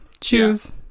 Choose